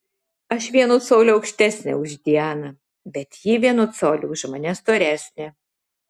aš vienu coliu aukštesnė už dianą bet ji vienu coliu už mane storesnė